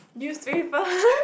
do you stray for her